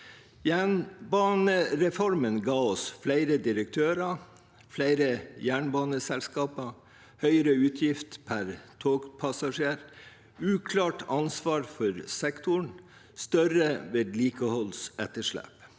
Jernbanereformen ga oss flere direktører, flere jernbaneselskaper, høyere utgifter per togpassasjer, uklart ansvar for sektoren og større vedlikeholdsetterslep.